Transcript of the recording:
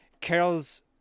Carol's